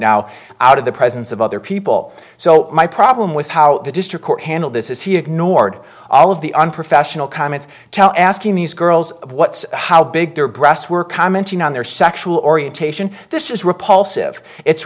now out of the presence of other people so my problem with how the district court handled this is he ignored all of the unprofessional comments asking these girls what how big their breasts were commenting on their sexual orientation this is repulsive it's